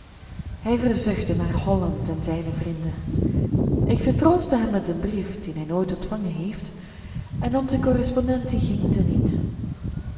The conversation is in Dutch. hij verzuchtte naar holland en zijne vrienden ik vertroostte hem met een brief dien hij nooit ontvangen heeft en onze correspondentie ging te niet